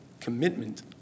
commitment